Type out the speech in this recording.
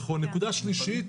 נקודה שלישית,